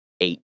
eight